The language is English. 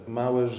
małe